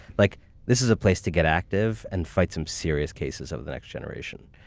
like this is a place to get active and fight some serious cases of the next generation.